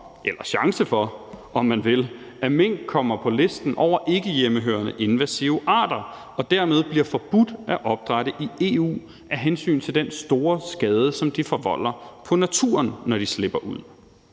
eller chance for, om man vil, at mink kommer på listen over ikkehjemmehørende invasive arter og dermed bliver forbudt at opdrætte i EU af hensyn til den store skade, som de forvolder på naturen, når de slipper ud.